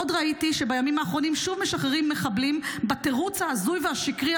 עוד ראיתי שבימים האחרונים שוב משחררים מחבלים בתירוץ ההזוי והשקרי,